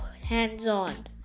hands-on